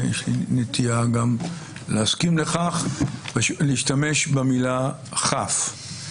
ויש לי נטייה להסכים לכך - להשתמש במילה חף.